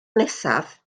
nesaf